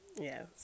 Yes